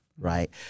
right